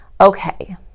Okay